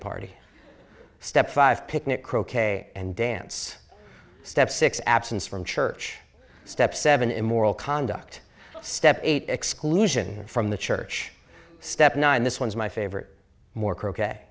party step five picnic croquet and dance step six absence from church step seven immoral conduct step eight exclusion from the church step nine this one's my favorite more